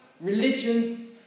Religion